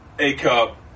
A-cup